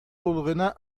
الغناء